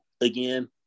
again